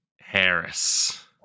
Harris